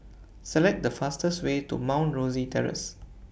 Select The fastest Way to Mount Rosie Terrace